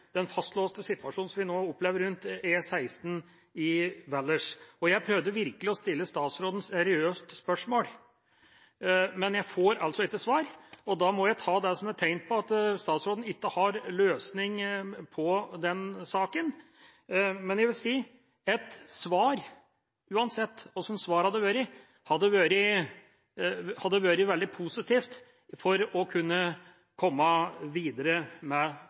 den fastlåste situasjonen som vi nå opplever rundt E16 i Valdres. Jeg prøvde virkelig å stille statsråden et seriøst spørsmål, men jeg får altså ikke svar, og da må jeg ta det som et tegn på at statsråden ikke har noen løsning på den saken. Men jeg vil si: Et svar – uansett hvordan svaret hadde vært – hadde vært veldig positivt for å kunne komme videre med